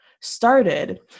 started